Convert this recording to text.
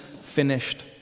finished